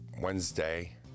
Wednesday